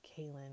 Kaylin